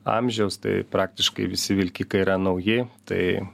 amžiaus tai praktiškai visi vilkikai yra nauji tai